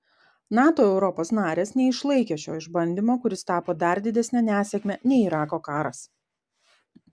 nato europos narės neišlaikė šio išbandymo kuris tapo dar didesne nesėkme nei irako karas